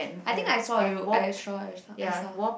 I think I saw you i saw just now i saw